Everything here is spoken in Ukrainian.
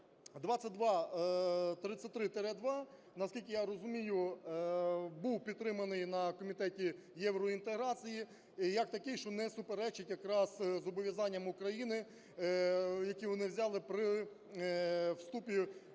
2233-2, наскільки я розумію, був підтриманий на Комітеті євроінтеграції як такий, що не суперечить якраз зобов'язанням України, які вони взяли при вступі